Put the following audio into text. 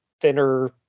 Thinner